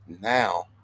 now